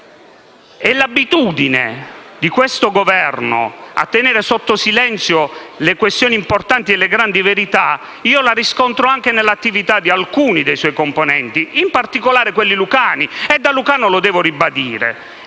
L'abitudine di questo Governo a tenere sotto silenzio le questioni importanti e le grandi verità la riscontro anche nell'attività di alcuni dei suoi componenti, in particolare quelli lucani; e da lucano lo devo ribadire.